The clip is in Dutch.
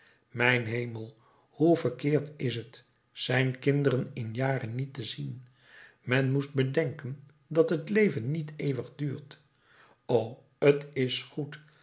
mijn hemel hoe verkeerd is het zijn kinderen in jaren niet te zien men moest bedenken dat het leven niet eeuwig duurt o t is goed